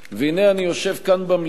והנה אני יושב כאן במליאה,